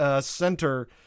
center